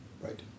Right